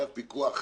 חייב פיקוח חכם.